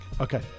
okay